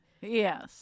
Yes